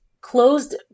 closed